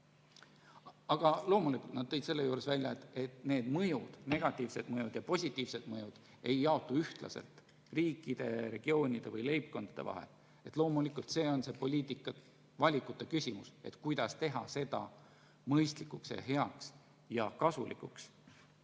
Aga loomulikult tõid nad seejuures välja, et need mõjud, negatiivsed mõjud ja positiivsed mõjud, ei jaotu riikide, regioonide või leibkondade vahel ühtlaselt. Loomulikult on see poliitiliste valikute küsimus, kuidas teha see mõistlikuks ja heaks ja kasulikuks